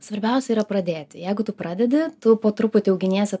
svarbiausia yra pradėti jeigu tu pradedi po truputį auginiesi